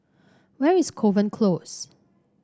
where is Kovan Close